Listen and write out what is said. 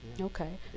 Okay